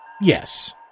yes